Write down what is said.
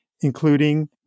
including